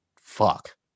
fuck